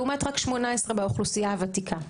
לעומת רק 18 באוכלוסיה הוותיקה,